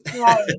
Right